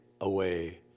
away